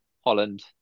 Holland